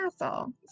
castle